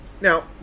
now